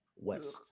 west